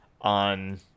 on